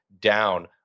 down